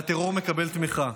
והטרור מקבל תמיכה,